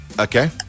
Okay